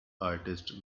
artist